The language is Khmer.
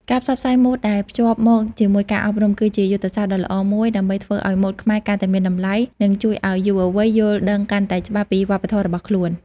ការផ្សព្វផ្សាយម៉ូដដែលភ្ជាប់មកជាមួយការអប់រំ គឺជាយុទ្ធសាស្ត្រដ៏ល្អមួយដើម្បីធ្វើឲ្យម៉ូដខ្មែរកាន់តែមានតម្លៃ និងជួយឲ្យយុវវ័យយល់ដឹងកាន់តែច្បាស់ពីវប្បធម៌របស់ខ្លួន។